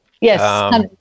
Yes